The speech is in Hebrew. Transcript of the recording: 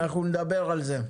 אנחנו נדבר על זה.